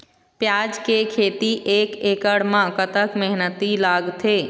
प्याज के खेती एक एकड़ म कतक मेहनती लागथे?